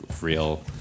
real